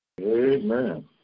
Amen